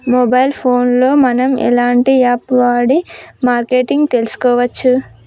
Mobile phone లో మనం ఎలాంటి యాప్ వాడి మార్కెటింగ్ తెలుసుకోవచ్చు?